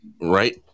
Right